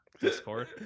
Discord